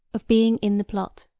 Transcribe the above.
of being in the plot.